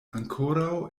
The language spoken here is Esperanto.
ankoraŭ